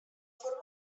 forma